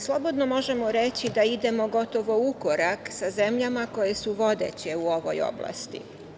Slobodno možemo reći da idemo gotovo u korak sa zemljama koje su vodeće u ovoj oblasti.